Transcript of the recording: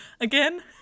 Again